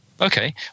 Okay